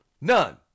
none